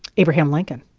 abraham lincoln.